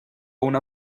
una